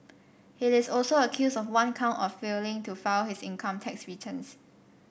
he is also accused of one count of failing to file his income tax returns